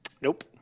Nope